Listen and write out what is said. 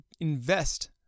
invest